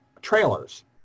trailers